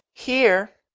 here.